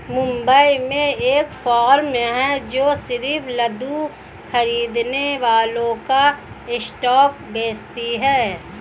मुंबई में एक फार्म है जो सिर्फ लघु खरीदने वालों को स्टॉक्स बेचती है